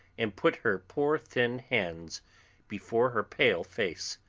and put her poor thin hands before her pale face.